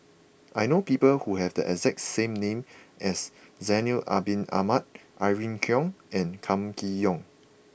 I know people who have the exact name as Zainal Abidin Ahmad Irene Khong and Kam Kee Yong